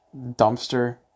dumpster